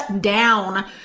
down